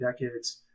decades